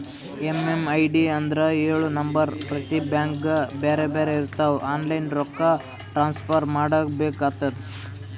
MMID ಅಂದುರ್ ಎಳು number ಪ್ರತಿ ಬ್ಯಾಂಕ್ಗ ಬ್ಯಾರೆ ಬ್ಯಾರೆ ಇರ್ತಾವ್ ಆನ್ಲೈನ್ ರೊಕ್ಕಾ ಟ್ರಾನ್ಸಫರ್ ಮಾಡಾಗ ಬೇಕ್ ಆತುದ